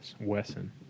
Wesson